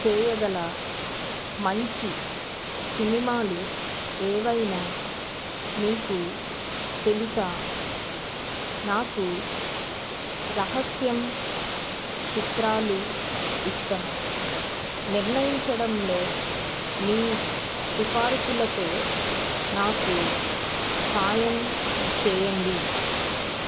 చేయగల మంచి సినిమాలు ఏవైనా మీకు తెలుసా నాకు రహస్యం చిత్రాలు ఇష్టం నిర్ణయించడంలో మీ సిఫారసులతో నాకు సహాయం చేయండి